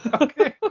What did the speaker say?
okay